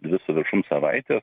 dvi su viršum savaites